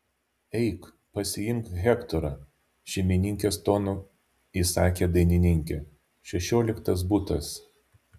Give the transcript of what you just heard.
eik pasiimk hektorą šeimininkės tonu įsakė dainininkė šešioliktas butas